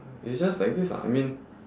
it's just like this ah I mean